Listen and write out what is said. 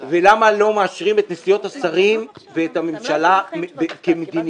ולמה לא מאשרים את נסיעות השרים ואת הממשלה כמדיניות,